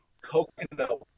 coconut